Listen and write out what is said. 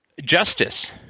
justice